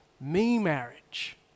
me-marriage